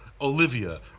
Olivia